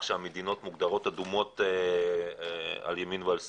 שהמדינות מוגדרות אדומות על ימין ועל שמאל,